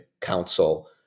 Council